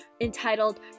entitled